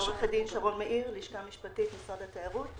אני מהלשכה המשפטית, משרד התיירות.